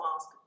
ask